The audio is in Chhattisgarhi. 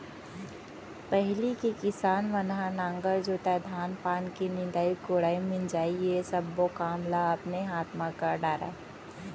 पहिली के किसान मन ह नांगर जोतय, धान पान के निंदई कोड़ई, मिंजई ये सब्बो काम ल अपने हाथ म कर डरय